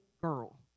girl